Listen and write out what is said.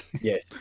Yes